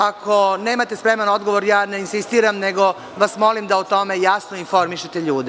Ako nemate spreman odgovor, ja ne insistiram, nego vas molim da o tome jasno informišete ljude.